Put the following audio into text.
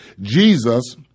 Jesus